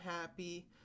happy